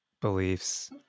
beliefs